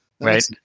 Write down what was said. Right